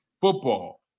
football